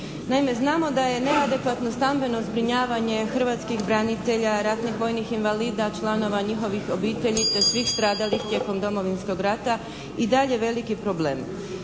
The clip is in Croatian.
znamo da je neadekvatno stambeno zbrinjavanje hrvatskih branitelja, ratnih vojnih invalida, članova njihovih obitelji, te svih stradalih tijekom Domovinskog rata i dalje veliki problem.